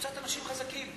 קבוצת אנשים חזקים.